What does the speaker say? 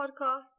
podcast